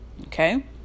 Okay